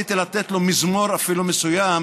רציתי לתת לו מזמור מסוים,